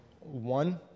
one